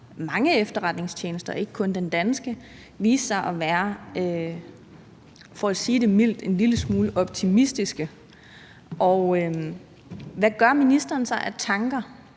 mange efterretningstjenester og ikke kun den danske viste sig at være – for at sige det mildt – en lille smule optimistiske. Hvad gør ministeren sig af tanker